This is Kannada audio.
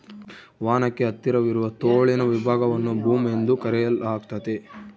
ವಾಹನಕ್ಕೆ ಹತ್ತಿರವಿರುವ ತೋಳಿನ ವಿಭಾಗವನ್ನು ಬೂಮ್ ಎಂದು ಕರೆಯಲಾಗ್ತತೆ